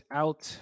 out